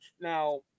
Now